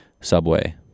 subway